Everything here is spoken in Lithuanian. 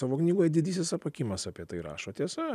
savo knygoje didysis apakimas apie tai rašo tiesa